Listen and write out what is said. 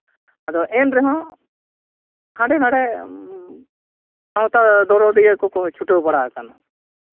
ᱟᱫᱚ ᱮᱱ ᱨᱮᱦᱚᱸ ᱦᱟᱸᱰᱮ ᱱᱟᱰᱮ ᱥᱟᱶᱛᱟ ᱫᱚᱨᱚᱫᱤᱭᱟᱹ ᱠᱚᱠᱚ ᱪᱷᱩᱴᱟᱹᱣ ᱵᱟᱲᱟᱣ ᱠᱟᱱᱟ